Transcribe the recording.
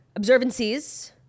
observancies